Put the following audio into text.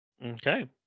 Okay